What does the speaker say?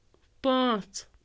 پانٛژھ